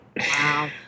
wow